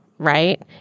right